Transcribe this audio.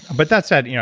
but that said, you know